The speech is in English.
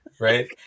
right